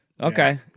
Okay